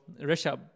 rishab